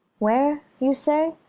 where, you say?